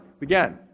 again